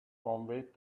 conveyed